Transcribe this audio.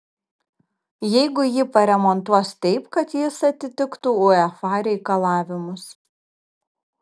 jeigu jį paremontuos taip kad jis atitiktų uefa reikalavimus